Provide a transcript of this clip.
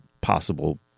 possible